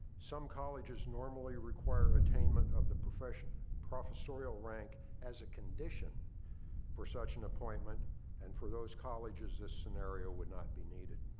some colleges normally require attainment of the and professorial rank as a condition for such an appointment and for those colleges, this scenario would not be needed.